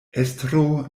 estro